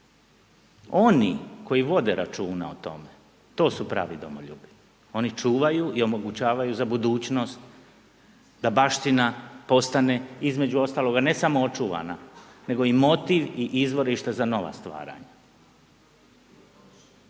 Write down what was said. Oni koji vode računa o tome, to su pravi domoljubi, oni čuvaju i omogućavaju za budućnost da baština postane između ostaloga ne samo očuvana nego i motiv i izvorište za nova stvaranja.